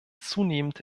zunehmend